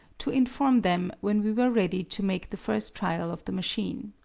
to inform them when we were ready to make the first trial of the machine.